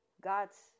God's